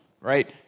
right